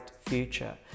future